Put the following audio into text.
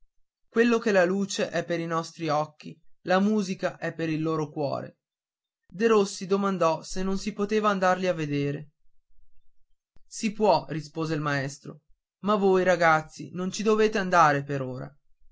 quello che la luce è per i nostri occhi la musica è per il loro cuore derossi domandò se non si poteva andarli a vedere si può rispose il maestro ma voi ragazzi non ci dovete andare per ora